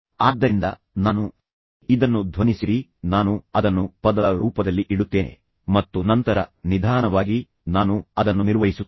ಆದ್ದರಿಂದ ನಾನು ಇದನ್ನು ಧ್ವನಿಸಿರಿ ನಾನು ಅದನ್ನು ಪದದ ರೂಪದಲ್ಲಿ ಇಡುತ್ತೇನೆ ಮತ್ತು ನಂತರ ನಿಧಾನವಾಗಿ ನಾನು ಅದನ್ನು ನಿರ್ವಹಿಸುತ್ತೇನೆ